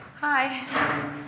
Hi